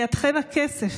בידיכם הכסף,